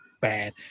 bad